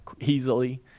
easily